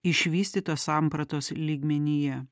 išvystytos sampratos lygmenyje